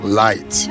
light